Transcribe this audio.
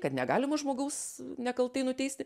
kad negalima žmogaus nekaltai nuteisti